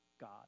God